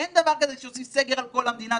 אין דבר כזה שעושים סגר על כל המדינה.